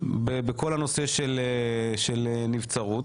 בכל הנושא של נבצרות.